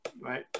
Right